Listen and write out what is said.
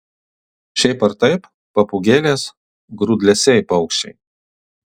šiaip ar taip papūgėlės grūdlesiai paukščiai